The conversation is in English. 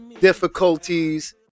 difficulties